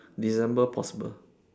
december possible